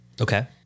Okay